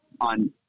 on